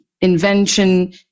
invention